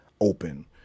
open